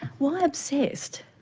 why obsessed?